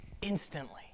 instantly